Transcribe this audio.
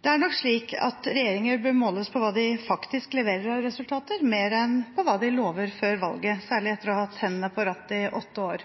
Det er nok slik at regjeringer bør måles på hva de faktisk leverer av resultater, mer enn på hva de lover før valget, særlig etter å ha hatt hendene på rattet i åtte år.